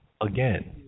again